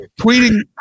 tweeting